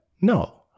No